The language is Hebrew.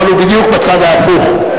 אבל הוא בדיוק בצד ההפוך,